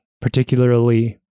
particularly